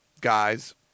guys